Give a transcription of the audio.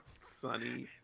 Sunny